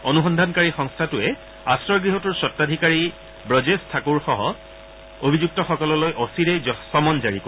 অনুসন্ধান সংস্থাটোৱে আশ্ৰয় গৃহটোৰ স্বতাধিকাৰী ব্ৰজেশ ঠাকুৰ সহ অভিযুক্তসকললৈ অচিৰে চমন জাৰি কৰিব